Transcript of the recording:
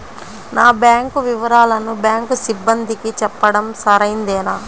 నా బ్యాంకు వివరాలను బ్యాంకు సిబ్బందికి చెప్పడం సరైందేనా?